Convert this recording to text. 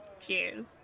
cheers